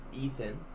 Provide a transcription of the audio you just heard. Ethan